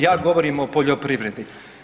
Ja govorim o poljoprivredi.